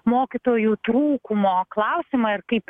mokytojų trūkumo klausimą ir kaip